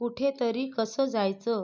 कुठेतरी कसं जायचं